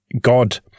God